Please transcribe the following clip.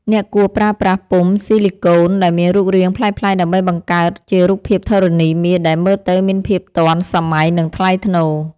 អ្នកគួរប្រើប្រាស់ពុម្ពស៊ីលីកូនដែលមានរូបរាងប្លែកៗដើម្បីបង្កើតជារូបភាពធរណីមាត្រដែលមើលទៅមានភាពទាន់សម័យ និងថ្លៃថ្នូរ។